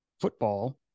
football